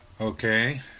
Okay